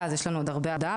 אז יש לנו עוד הרבה עבודה,